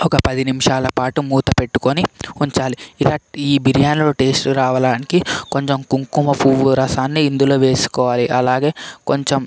ఒక పది నిమిషాల పాటు మూత పెట్టుకొని ఉంచాలి ఇలాంటి బిర్యాని టేస్ట్ రావడానికి కొంచెం కుంకుమ పువ్వు రసాన్ని ఇందులో వేసుకోవాలి అలాగే కొంచెం